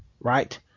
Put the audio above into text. Right